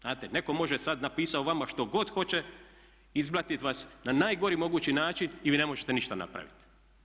Znate, netko može sad napisat o vama što god hoće, izblatit vas na najgori mogući način i vi ne možete ništa napraviti.